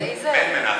בן מנחם.